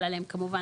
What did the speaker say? חלה עליהם כמובן,